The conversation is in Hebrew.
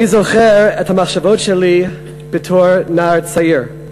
אני זוכר את המחשבות שלי בתור נער צעיר.